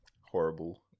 horrible